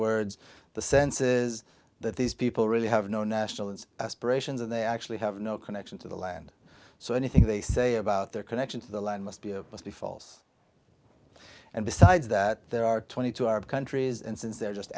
words the sense is that these people really have no national aspirations and they actually have no connection to the land so anything they say about their connection to the land must be a must be false and besides that there are twenty two arab countries and since they're just